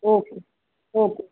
okay okay